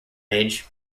age